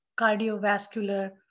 cardiovascular